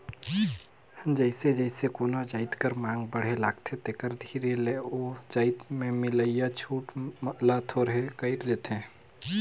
जइसे जइसे कोनो जाएत कर मांग बढ़े लगथे तेकर धीरे ले ओ जाएत में मिलोइया छूट ल थोरहें कइर देथे